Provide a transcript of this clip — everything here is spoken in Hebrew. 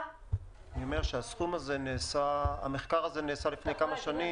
המחקר הזה נעשה לפני כמה שנים